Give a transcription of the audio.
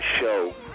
show